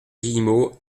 guillemot